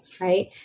right